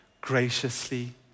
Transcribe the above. graciously